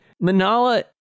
Manala